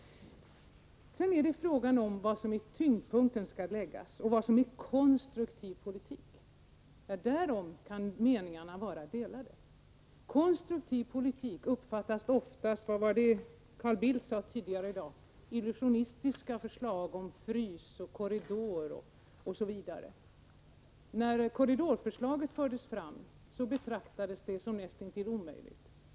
När det gäller var tyngdpunkten skall läggas och vad som är konstruktiv politik kan meningarna vara delade. Konstruktiv politik uppfattas ofta — som Carl Bildt sade i dag — som illusionistiska förslag om frysning, om korridorer osv. När korridorförslaget fördes fram betraktades det som näst intill omöjligt.